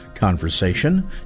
conversation